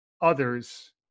others